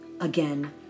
again